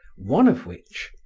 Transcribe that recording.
one of which,